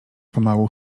pomału